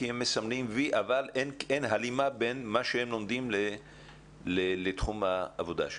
הם מסמנים וי אבל אין הלימה בין מה שהם לומדים לתחום העבודה שלהם.